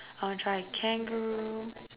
I want to try kangaroo